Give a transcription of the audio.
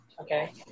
Okay